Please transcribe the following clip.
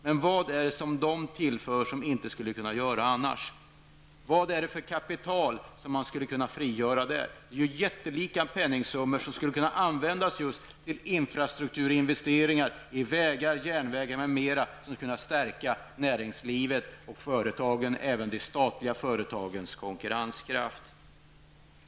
Men vad är det som de tillför som inte skulle kunna finnas annars? Vad är det för kapital som man skulle kunna frigöra där? Det är ju jättelika penningsummor, som skulle kunna användas till infrastrukturinvesteringar -- i vägar, järnvägar m.m. -- för att stärka näringslivet och företagens, även de statliga företagen, konkurrenskraft.